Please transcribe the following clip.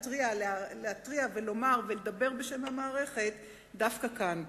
להתריע ולומר ולדבר בשם המערכת דווקא כאן.